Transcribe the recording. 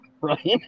Right